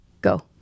Go